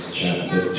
chapter